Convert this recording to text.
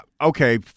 Okay